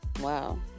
Wow